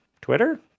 Twitter